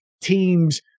teams